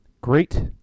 Great